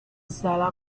sala